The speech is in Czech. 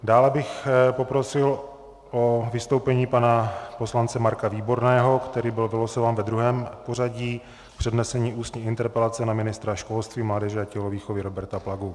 Dále bych poprosil o vystoupení pana poslance Marka Výborného, který byl vylosován ve druhém pořadí, k přednesení ústní interpelace na ministra školství, mládeže a tělovýchovy Roberta Plagu.